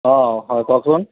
অঁ হয় কওকচোন